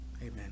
Amen